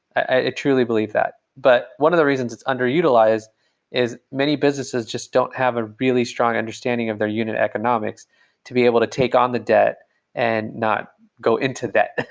i truly believe that. but one of the reasons it's underutilized is many businesses just don't have a really strong understanding of their unit economics to be able to take on the debt and not go into debt,